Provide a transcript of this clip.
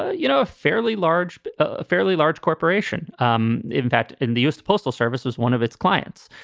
you know, a fairly large a fairly large corporation. um in fact, in the u s. postal service was one of its clients.